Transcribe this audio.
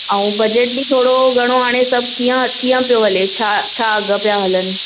ऐं बजेट बि थोरो घणो हाणे सभु कीअं कीअं पियो हले छा छा अघि पिया हलनि